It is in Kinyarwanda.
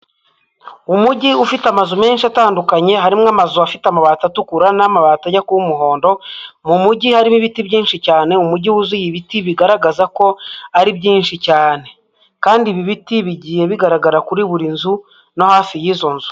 Umujyi ufite amazu menshi atandukanye, harimo amazu afite amabati atukura, n'amabati ajya kuba umuhondo, mu mujyi harimo ibiti byinshi cyane, umujyi wuzuye ibiti bigaragaza ko ari byinshi cyane kandi ibi biti bigiye bigaragara kuri buri nzu no hafi y'izo nzu.